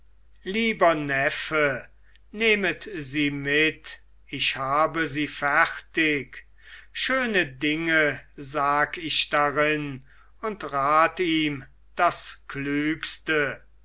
lieber neffe nehmet sie mit ich habe sie fertig schöne dinge sag ich darin und rat ihm das klügste